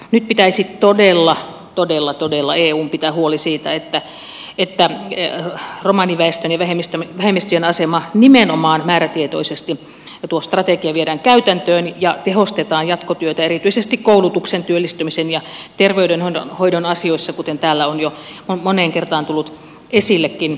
nyt pitäisi todella todella todella eun pitää huoli siitä että romaniväestön ja vähemmistöjen asemaa nimenomaan määrätietoisesti parannetaan ja tuo strategia viedään käytäntöön ja tehostetaan jatkotyötä erityisesti koulutuksen työllistymisen ja terveydenhoidon asioissa kuten täällä on jo moneen kertaan tullut esillekin